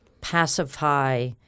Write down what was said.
pacify